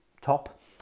top